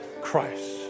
Christ